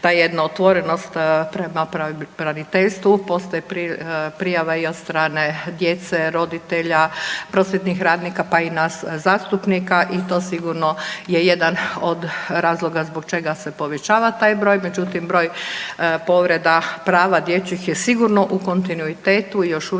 ta jedna otvorenost prema pravobraniteljstvu, postoji prijava i od strane djece, roditelja, prosvjetnih radnika, pa i nas zastupnika i to sigurno je jedan od razloga zbog čega se povećava taj broj, međutim, broj povreda prava dječjih je sigurno u kontinuitetu i još uvijek